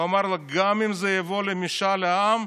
הוא אמר לו: גם אם זה יבוא למשאל עם,